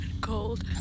cold